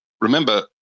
Remember